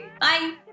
Bye